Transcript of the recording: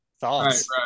thoughts